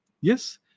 Yes